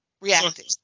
reacting